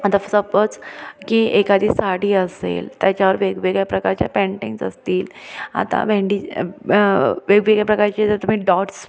आता सपोज की एखादी साडी असेल त्याच्यावर वेगवेगळ्या प्रकारच्या पेंटिंग्स असतील आता भेंडी वेगवेगळ्या प्रकारचे जर तुम्ही डॉट्स